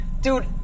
dude